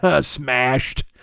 smashed